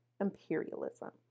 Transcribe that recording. imperialism